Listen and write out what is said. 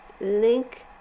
link